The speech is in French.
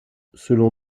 selon